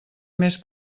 més